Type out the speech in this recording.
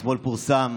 אתמול פורסם